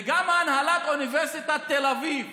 וגם הנהלת אוניברסיטת תל אביב,